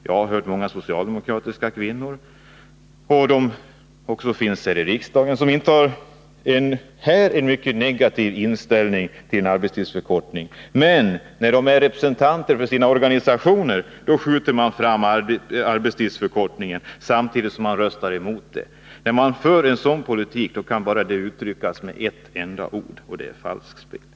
Jag har hört många socialdemokratiska kvinnor — även här i riksdagen — som intar en mycket negativ ställning till en arbetstidsförkortning. Men när de är representanter för sina organisationer skjuter de ofta fram arbetstidsförkortningen, samtidigt som de röstar emot den. När man för en sådan politik kan det uttryckas bara med ett enda ord, och det är falskspel.